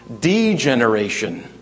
degeneration